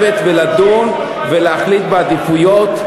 נצטרך לשבת ולדון ולהחליט בעדיפויות,